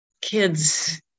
kids